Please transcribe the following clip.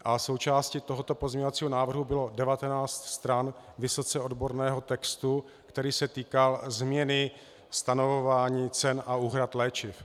A součástí tohoto pozměňovacího návrhu bylo 19 stran vysoce odborného textu, který se týkal změny stanovování cen a úhrad léčiv.